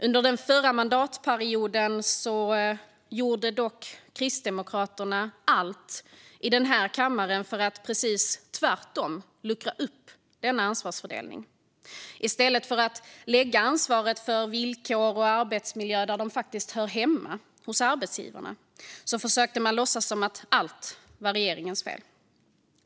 Under förra mandatperioden gjorde dock Kristdemokraterna allt i denna kammare för att precis tvärtom luckra upp denna ansvarsfördelning. I stället för att lägga ansvaret för villkor och arbetsmiljö där det faktiskt höra hemma, hos arbetsgivarna, försökte man låtsas som att allt var regeringens fel.